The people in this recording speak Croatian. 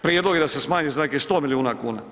Prijedlog je da se smanji za nekih 100 milijuna kuna.